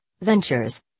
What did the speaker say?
ventures